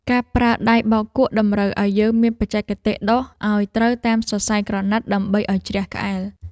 ការប្រើដៃបោកគក់តម្រូវឱ្យយើងមានបច្ចេកទេសដុសឱ្យត្រូវតាមសរសៃក្រណាត់ដើម្បីឱ្យជ្រះក្អែល។